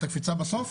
את הקפיצה בסוף?